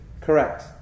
Correct